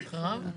אחריו?